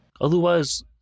Otherwise